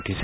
উঠিছে